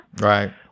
right